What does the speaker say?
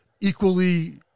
equally